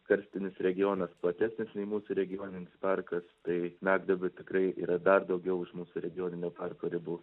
karstinis regionas platesnis nei mūsų regioninis parkas tai smegduobių tikrai yra dar daugiau už mūsų regioninio parko ribų